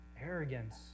Arrogance